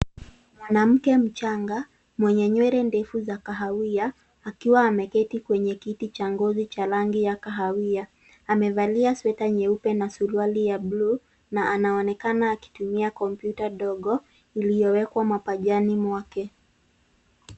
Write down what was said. Mwanamke mchanga mwenye nywele ndefu ya kahawia akiwa ameketi kiti cha ngozi cha rangi ya kahawia. Amevalia sweta nyeupe na suruali ya buluu na anaonekana akutumia kompyuta ndogo iliyo wekwa mapajani mwake.